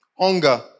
Hunger